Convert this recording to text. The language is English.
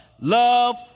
love